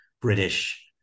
British